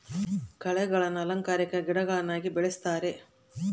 ಕಳೆಗಳನ್ನ ಅಲಂಕಾರಿಕ ಗಿಡಗಳನ್ನಾಗಿ ಬೆಳಿಸ್ತರೆ